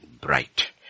bright